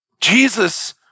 Jesus